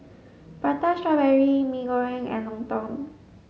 Prata strawberry Mee Goreng and Lontong